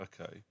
Okay